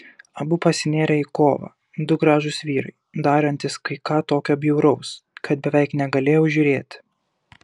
abu pasinėrė į kovą du gražūs vyrai darantys kai ką tokio bjauraus kad beveik negalėjau žiūrėti